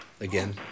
again